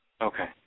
Okay